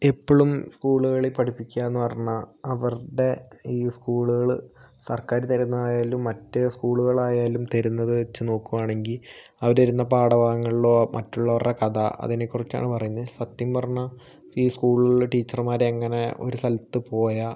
ഇപ്പഴും സ്കൂളുകളിൽ പഠിപ്പിക്കാന്നു പറഞ്ഞാ അവരുടെ ഈ സ്കൂളുകള് സർക്കാർ തരുന്നതായാലും മറ്റ് സ്കൂളുകൾ ആയാലും തരുന്നത് വെച്ച് നോക്കുവാണെങ്കിൽ അവര് തരുന്ന പാഠഭാഗങ്ങളിൽ മറ്റുള്ളവരുടെ കഥ അതിനെക്കുറിച്ച് ആണ് പറയുന്നേ സത്യം പറഞ്ഞാൽ ഈ സ്കൂളിലെ ടീച്ചർമാർ എങ്ങനെ ഒരു സ്ഥലത്തു പോയാൽ